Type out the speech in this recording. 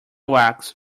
wax